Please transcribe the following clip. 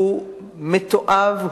הוא מתועב,